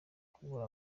kubura